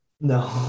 No